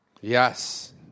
Yes